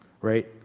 Right